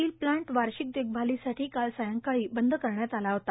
steel plant वार्षिक देखभालीसाठी काल सायंकाळी बंद करण्यात आला होता